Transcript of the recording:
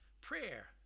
prayer